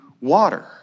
water